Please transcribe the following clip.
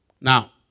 Now